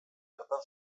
bertan